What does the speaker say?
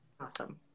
awesome